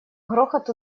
грохот